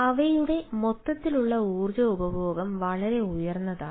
അവയുടെ മൊത്തത്തിലുള്ള ഊർജ്ജ ഉപഭോഗം വളരെ ഉയർന്നതാണ്